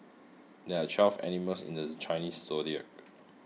there are twelve animals in the Chinese zodiac